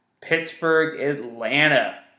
Pittsburgh-Atlanta